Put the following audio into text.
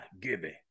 Gibby